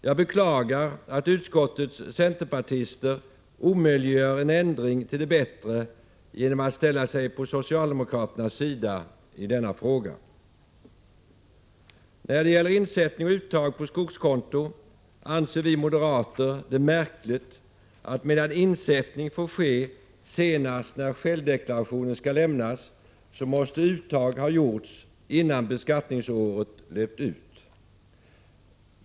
Jag beklagar att utskottets centerpartister omöjliggör en ändring till det bättre genom att ställa sig på socialdemokraternas sida i denna fråga. När det gäller insättning och uttag på skogskonto anser vi moderater det märkligt att medan insättning får ske senast när självdeklarationen skall lämnas, så måste uttag ha gjorts innan beskattningsåret löpt ut.